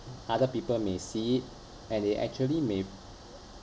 other people may see it and they actually may